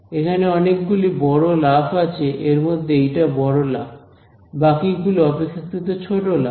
এখানে অনেকগুলি বড় লাফ আছে এরমধ্যে এইটা বড় লাফ বাকিগুলো অপেক্ষাকৃত ছোট লাফ